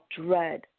dread